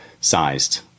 sized